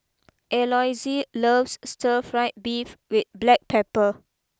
Eloise loves Stir Fried Beef with Black Pepper